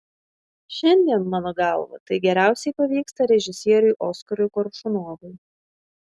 šiandien mano galva tai geriausiai pavyksta režisieriui oskarui koršunovui